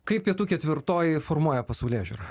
kaip pietų ketvirtoji formuoja pasaulėžiūrą